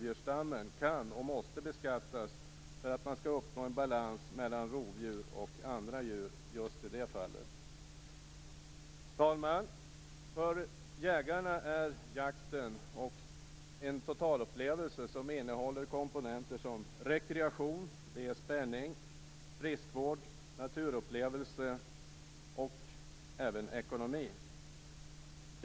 Fru talman! För jägarna är jakten en totalupplevelse som innehåller komponenter som rekreation, spänning, friskvård, naturupplevelser och även ekonomi.